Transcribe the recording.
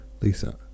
Lisa